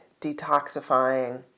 detoxifying